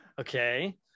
Okay